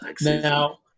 Now